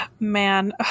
Man